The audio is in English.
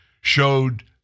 showed